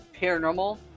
paranormal